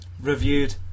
reviewed